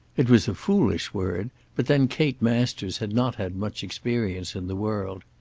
it was a foolish word but then kate masters had not had much experience in the world.